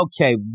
okay